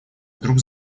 вдруг